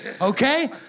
okay